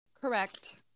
correct